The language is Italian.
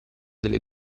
delle